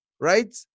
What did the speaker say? Right